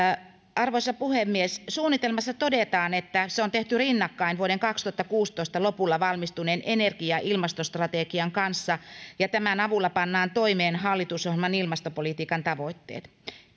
arvoisa puhemies suunnitelmassa todetaan että se on tehty rinnakkain vuoden kaksituhattakuusitoista lopulla valmistuneen energia ja ilmastostrategian kanssa ja tämän avulla pannaan toimeen hallitusohjelman ilmastopolitiikan tavoitteet